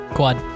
Quad